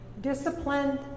Disciplined